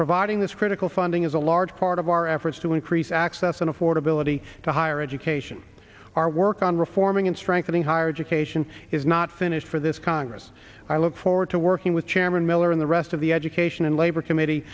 providing this critical funding is a large part of our efforts to increase access and affordability to higher education our work on reforming and strengthening higher education is not finished for this congress i look forward to working with chairman miller and the rest of the education and labor committee